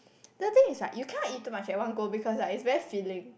the thing is like you cannot eat too much at one go because like is very filling